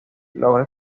logra